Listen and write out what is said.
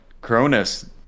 cronus